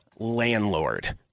landlord